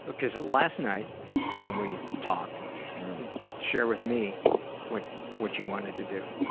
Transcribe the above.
ah cause last night when we talked share with me what what you wanted to do.